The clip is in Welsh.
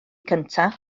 gyntaf